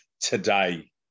today